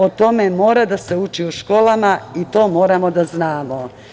O tome mora da se uči u školama i to moramo da znamo.